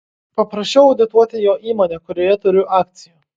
paprašiau audituoti jo įmonę kurioje turiu akcijų